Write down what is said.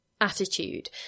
attitude